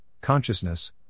Consciousness